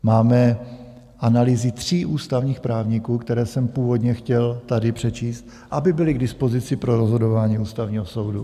Máme analýzy tří ústavních právníků, které jsem původně chtěl tady přečíst, aby byly k dispozici pro rozhodování Ústavního soudu.